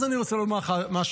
אז אני רוצה לומר לך משהו,